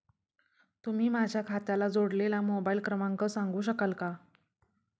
तुम्ही माझ्या खात्याला जोडलेला मोबाइल क्रमांक सांगू शकाल का?